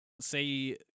say